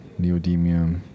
Neodymium